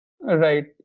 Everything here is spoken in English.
Right